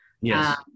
Yes